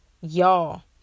y'all